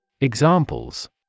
Examples